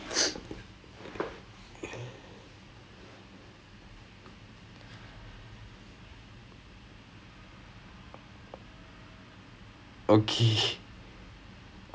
then err tuesday வந்து:vanthu the professor is going to like எங்கே:engae analysis எல்லாம் பார்த்து அவரோடே கருத்து எல்லாம் சொல்ல போறாரா:ellaam paarthu avarodae karutthu ellaam solla poraaraa so the whole my whole team is like err terrified right now என்ன சொல்ல போறாருன்னு:enna solla poraarunnu